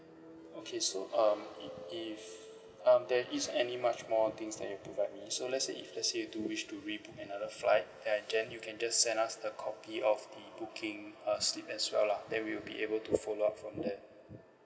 okay so um if if um there is any much more things that you provide me so let's say if let's say you do wish to rebook another flight uh then you can just send us a copy of the booking uh slip as well lah then we'll be able to follow up from there